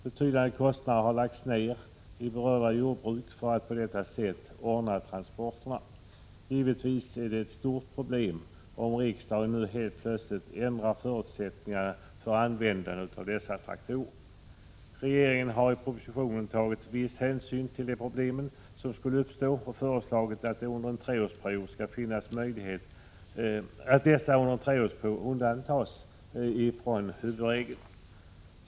Betydande kostnader har lagts ner i berörda jordbruk för att på detta sätt ordna transporterna. Givetvis innebär det ett stort problem om riksdagen nu helt plötsligt ändrar förutsättningarna för användandet av dessa traktorer. Regeringen har i propositionen tagit viss hänsyn till de problem som skulle uppstå och föreslagit att dessa traktorer under en treårsperiod undantas från huvudregeln.